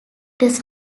does